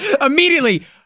immediately